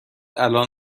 الان